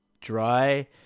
dry